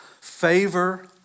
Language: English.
favor